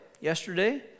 yesterday